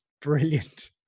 brilliant